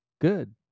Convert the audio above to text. Good